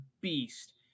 beast